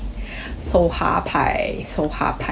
so happy so happy